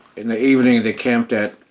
in the evening, they camped at